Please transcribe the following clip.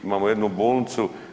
Imamo jednu bolnicu.